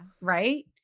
right